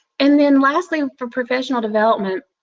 and then lastly, for professional development,